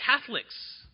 Catholics